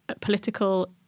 political